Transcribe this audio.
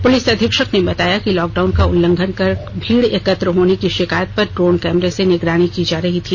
police अधीक्षक ने बताया कि लॉकडाउन का उल्लंघन कर भीड़ एकत्र होने की शिकायत पर ड्रोन कैमरे से निगरानी की जा रही थी